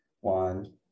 one